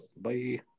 bye